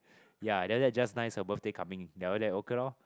ya then after that just nice her birthday coming then after that okay lor